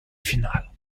finales